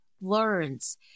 learns